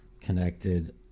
connected